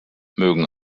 mögen